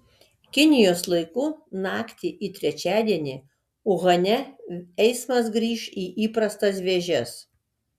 kinijos laiku naktį į trečiadienį uhane eismas grįš į įprastas vėžes